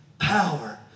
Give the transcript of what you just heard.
power